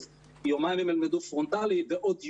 אז יומיים הם ילמדו פרונטלית ועוד יומיים,